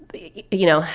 you know,